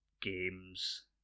games